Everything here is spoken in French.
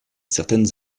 certaines